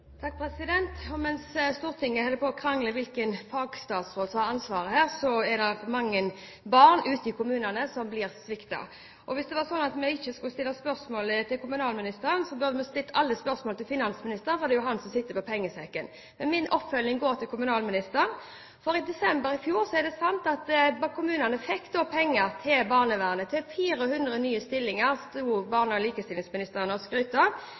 Mens Stortinget holder på å krangle om hvilken fagstatsråd som har ansvaret her, er det mange barn ute i kommunene som blir sviktet. Hvis det var slik at vi ikke skulle stille spørsmålet til kommunalministeren, burde man stille alle spørsmålene til finansministeren, for det er jo han som sitter på pengesekken. Men min oppfølging går til kommunalministeren. Barne,- likestillings- og inkluderingsministeren sto og skrøt i desember i fjor av at kommunene fikk penger til 400 nye stillinger